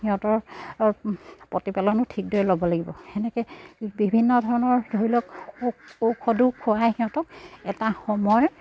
সিহঁতৰ প্ৰতিপালনো ঠিকদৰে ল'ব লাগিব সেনেকৈ বিভিন্ন ধৰণৰ ধৰি লওক ঔষধো খুৱাই সিহঁতক এটা সময় হেৰি